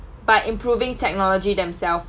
by improving technology themself